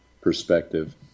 perspective